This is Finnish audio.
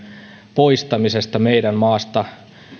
poistamisesta meidän maastamme